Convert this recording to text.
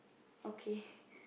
okay